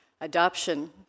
Adoption